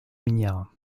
minière